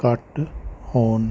ਘੱਟ ਹੋਣ